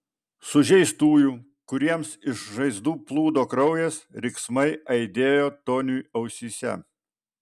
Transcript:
sužeistųjų kuriems iš žaizdų plūdo kraujas riksmai aidėjo toniui ausyse